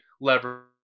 lever